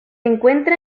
encuentra